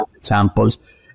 samples